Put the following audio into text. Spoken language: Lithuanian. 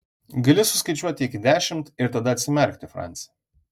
gali suskaičiuoti iki dešimt ir tada atsimerkti franci